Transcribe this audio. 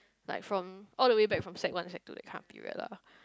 like from all the way back from sec one and sec two that kind of period lah